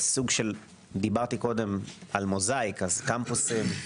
דיברתי קודם על מוזאיק קמפוסים,